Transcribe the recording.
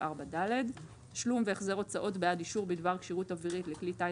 4(ד)) תשלום והחזר הוצאות בעד אישור בדבר כשירות אווירית לכלי טיס